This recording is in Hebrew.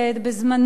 בזמנו,